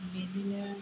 बिदिनो